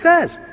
says